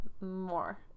more